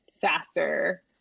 faster